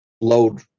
load